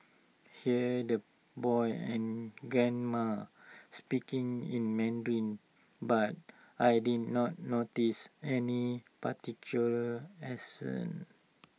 heard the boy and grandma speaking in Mandarin but I did not notice any particular accent